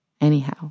Anyhow